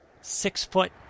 six-foot